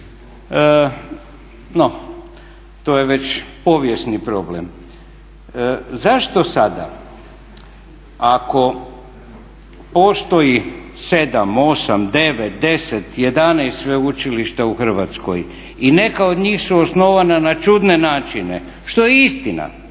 No, to je već povijesni problem. Zašto sada ako postoji 7, 8, 9, 10, 11 sveučilišta u Hrvatskoj i neka od njih su osnovana na čudne načine što je i istina,